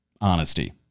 Honesty